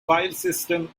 filesystem